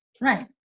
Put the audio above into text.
Right